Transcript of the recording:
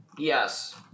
Yes